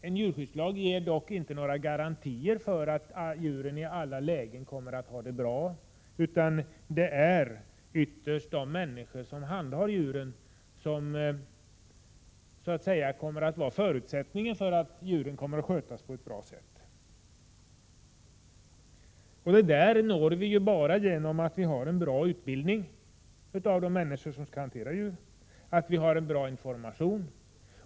En djurskyddslag ger dock inte några garantier för att djuren i alla lägen kommer att ha det bra, utan det är ytterst de människor som handhar djuren som så att säga kommer att vara förutsättningen för att djuren sköts på ett bra sätt. Detta kan uppnås endast genom att vi har en bra utbildning av de människor som skall ha hand om djuren och genom att vi har bra information.